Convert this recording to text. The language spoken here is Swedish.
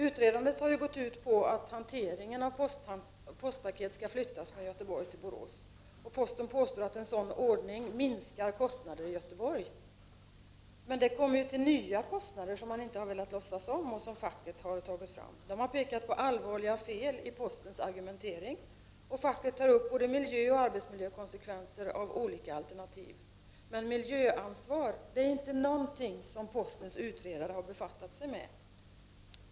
Utredandet har gått ut på att hanteringen av postpaket skall flyttas från Göteborg till Borås. Posten påstår att en sådan ordning minskar kostnaderna i Göteborg. Men det tillkommer nya kostnader, som man inte har velat låtsas om och som facket har tagit fram. Facket har pekat på allvarliga fel i postens argumentering. Facket tar upp både miljöoch arbetsmiljökonsekvenser av olika alternativ. Men miljöansvar är inte någonting som postens utredare har befattat sig med.